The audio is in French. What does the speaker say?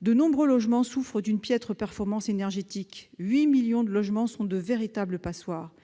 De nombreux logements souffrent d'une piètre performance énergétique. Ainsi, quelque 8 millions de logements sont de véritables passoires thermiques.